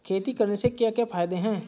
खेती करने से क्या क्या फायदे हैं?